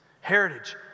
Heritage